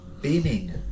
beaming